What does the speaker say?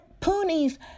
Poonie's